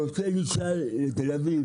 אני רוצה לנסוע לתל אביב